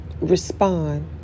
respond